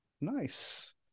Nice